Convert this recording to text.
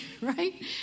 right